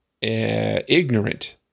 ignorant